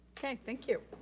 okay, thank you.